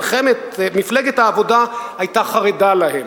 מפלגת העבודה היתה חרדה להם,